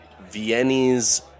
Viennese